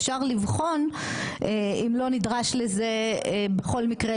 אפשר לבחון אם לא נדרש לזה בכל מקרה,